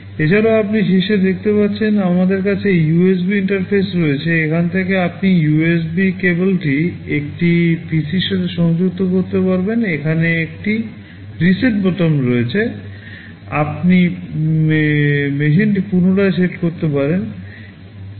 এছাড়াও আপনি শীর্ষে দেখতে পাচ্ছেন আমাদের কাছে USB ইন্টারফেস রয়েছে এখান থেকে আপনি USB কেবলটি এটি PCর সাথে সংযুক্ত করতে পারবেন এখানে একটি রিসেট বোতাম রয়েছে আপনি মেশিনটি পুনরায় সেট করতে পারেন